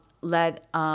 let